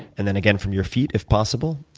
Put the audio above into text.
and then again from your feet, if possible.